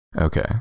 Okay